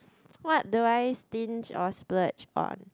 what do I stinge or splurge on